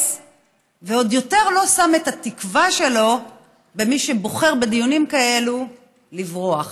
ועוד יותר לא שם את התקווה שלו במי שבוחר בדיונים כאלה לברוח.